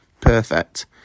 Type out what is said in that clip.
Perfect